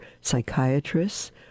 psychiatrists